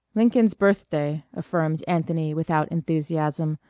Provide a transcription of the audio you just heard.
lincoln's birthday, affirmed anthony without enthusiasm,